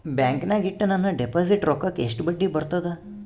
ಬ್ಯಾಂಕಿನಾಗ ಇಟ್ಟ ನನ್ನ ಡಿಪಾಸಿಟ್ ರೊಕ್ಕಕ್ಕ ಎಷ್ಟು ಬಡ್ಡಿ ಬರ್ತದ?